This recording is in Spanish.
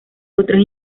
otras